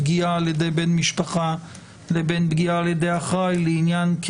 על עבירות של פגיעה בקטין ע"י האחראי עליו,